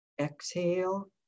exhale